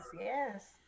Yes